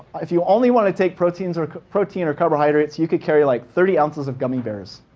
if you only want to take protein or protein or carbohydrates, you could carry like thirty ounces of gummy bears.